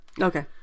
Okay